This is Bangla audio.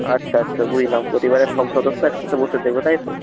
আচ্ছা আচ্ছা বুঝলাম পরিবারের সব সদস্য একসাথে বসে দেখবে তাই তো